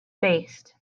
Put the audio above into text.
faced